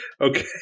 Okay